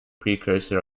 precursor